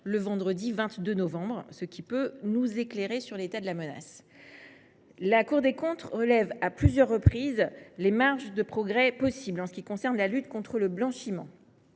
le vendredi 22 novembre dernier. Voilà qui peut nous éclairer sur l’état de la menace… La Cour des comptes relève à plusieurs reprises les marges de progrès possible en matière de lutte contre le blanchiment,